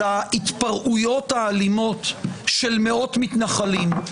על ההתפרעויות האלימות של מאות מתנחלים,